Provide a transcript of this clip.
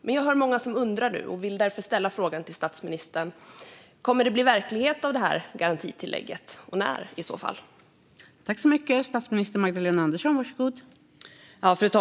Men det är många som undrar nu, och jag vill därför ställa frågan till statsministern: Kommer det att bli verklighet av det här garantitillägget och i så fall när?